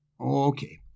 Okay